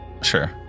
Sure